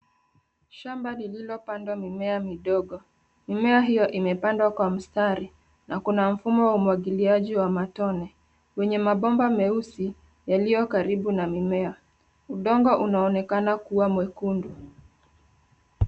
Shamba lililopandwa mimea midogo. Mimea hiyo imepandwa Kwa mstari na kuna mfumo wa umwangiliaji wa matone wenye mabomba meusi, yaliyo karibu na mimea. Udongo unaonekana kuwa mwekundu.